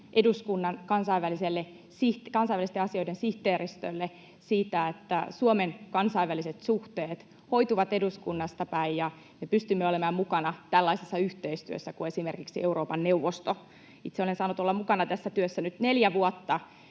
eduskunnan kansainvälisten asioiden sihteeristölle siitä, että Suomen kansainväliset suhteet hoituvat eduskunnasta päin ja me pystymme olemaan mukana tällaisessa yhteistyössä kuin esimerkiksi Euroopan neuvosto. Itse olen saanut olla mukana tässä työssä nyt neljä vuotta.